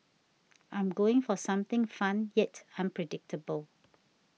I'm going for something fun yet unpredictable